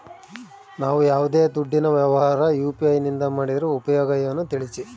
ನಾವು ಯಾವ್ದೇ ದುಡ್ಡಿನ ವ್ಯವಹಾರ ಯು.ಪಿ.ಐ ನಿಂದ ಮಾಡಿದ್ರೆ ಉಪಯೋಗ ಏನು ತಿಳಿಸ್ರಿ?